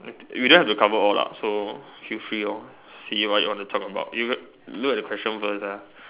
you don't have to cover all lah so feel free lor see what you want to talk about you look at the question first lah